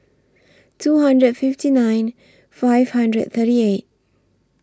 two hundred and fifty nine five hundred and thirty eight